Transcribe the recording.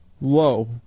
low